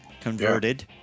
converted